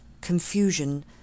confusion